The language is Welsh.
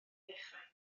ddechrau